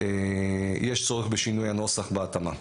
יש צורך בשינוי הנוסח והתאמה.